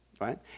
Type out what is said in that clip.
right